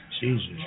Jesus